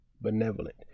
benevolent